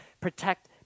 protect